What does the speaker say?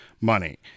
money